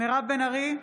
מירב בן ארי,